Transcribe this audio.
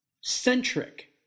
centric